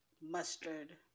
mustard